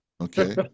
okay